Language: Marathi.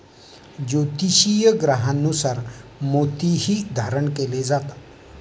ज्योतिषीय ग्रहांनुसार मोतीही धारण केले जातात